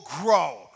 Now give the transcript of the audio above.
grow